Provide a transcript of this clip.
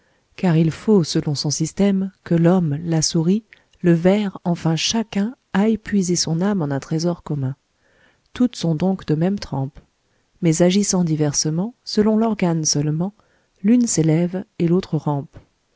car il faut selon son système que l'homme la souris le ver enfin chacun aille puiser son âme en un trésor commun toutes sont donc de même trempe mais agissant diversement selon l'organe seulement l'une s'élève et l'autre rampe